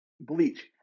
Bleach